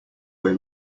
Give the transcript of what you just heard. way